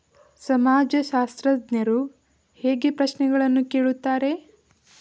ಸಮಾಜಶಾಸ್ತ್ರಜ್ಞರು ಹೇಗೆ ಪ್ರಶ್ನೆಗಳನ್ನು ಕೇಳುತ್ತಾರೆ?